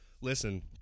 Listen